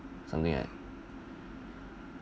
something like